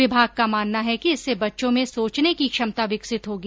विभाग का मानना है कि इससे बच्चों में सोचने की क्षमता विकसित होगी